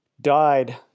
died